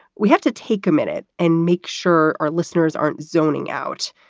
we have to take a minute and make sure our listeners aren't zoning out.